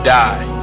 die